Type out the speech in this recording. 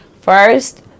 First